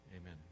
Amen